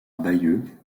bayeux